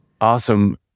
Awesome